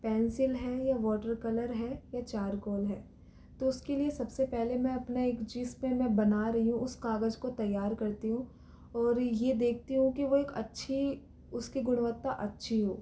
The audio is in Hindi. पेंसिल है या वॉटर कलर है या चारकोल है तो उसके लिए सबसे पहले मैं अपने जिस पर मैं बना रही हूँ उस कागज़ को तैयार करती हूँ और यह देखती हूँ की वह एक अच्छी उसकी गुड़वत्ता अच्छी हो